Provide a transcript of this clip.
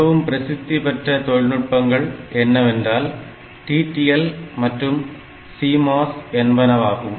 மிகவும் பிரசித்தி பெற்ற தொழில்நுட்பங்கள் என்னவென்றால் TTL மற்றும் CMOS என்பனவாகும்